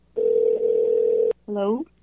Hello